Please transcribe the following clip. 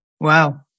Wow